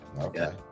okay